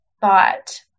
thought